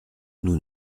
nous